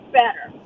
better